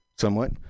somewhat